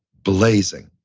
blazing.